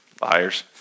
Liars